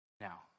Now